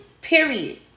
period